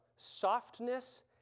Softness